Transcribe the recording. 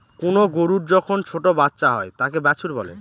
কোনো গরুর যখন ছোটো বাচ্চা হয় তাকে বাছুর বলে